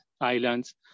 Islands